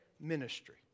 ministry